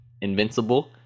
Invincible